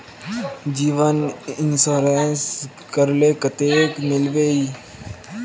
जीवन इंश्योरेंस करले कतेक मिलबे ई?